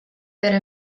vero